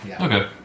Okay